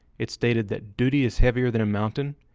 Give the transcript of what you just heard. it stated that duty is heavier than a mountain,